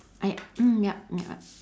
I mm yup mm ya